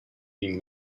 been